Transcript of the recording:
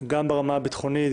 גם ברמה הביטחונית,